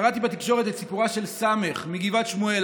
קראתי בתקשורת את סיפורה של ס' מגבעת שמואל,